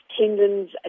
tendons